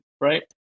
right